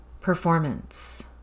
performance